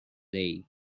day